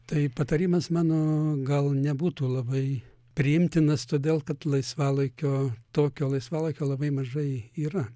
taip patarimas mano gal nebūtų labai priimtinas todėl kad laisvalaikio tokio laisvalaikio labai mažai yra